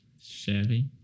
Sherry